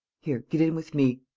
here, get in with me.